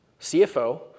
CFO